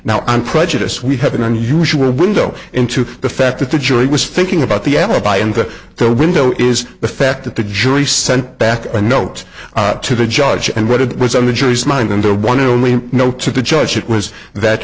now i'm prejudiced we have an unusual window into the fact that the jury was finking about the alibi and the window is the fact that the jury sent back a note to the judge and what it was on the jury's mind and the one and only no to the judge it was that